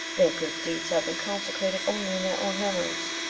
their good deeds have been consecrated only in their own memories.